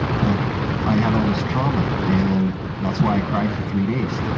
but i had all this trauma, and that's why i cried for three days.